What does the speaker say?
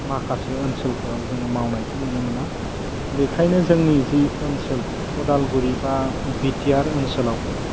माखासे ओनसोलफोराव जोङो मावनायखौ नुनो मोना बेखायनो जोंनि जि ओनसोल उदालगुरि बा बिटिआर ओनसोलाव